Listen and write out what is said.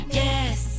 yes